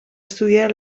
estudiar